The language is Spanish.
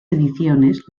ediciones